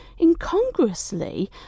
incongruously